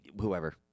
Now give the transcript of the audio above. whoever